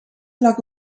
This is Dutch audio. lag